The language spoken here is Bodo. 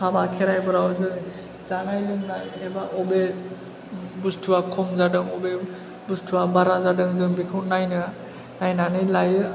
हाबा खेराइफोराव जों जानाय लोंनाय एबा अबे बुस्थुवा खम जादों अबे बुस्थुवा बारा जादों जों बेखौ नायनो नायनानै लायो